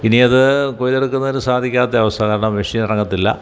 ഇനിയത് കൊയ്തെടുക്കുന്നതിന് സാധിക്കാത്തെയവസ്ഥ കാരണം മെഷിനിറങ്ങത്തില്ല